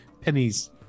pennies